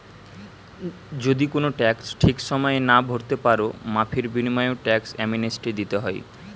যদি কুনো ট্যাক্স ঠিক সময়ে না ভোরতে পারো, মাফীর বিনিময়ও ট্যাক্স অ্যামনেস্টি দিতে হয়